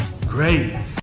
great